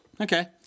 Okay